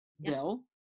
bill